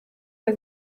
der